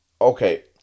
okay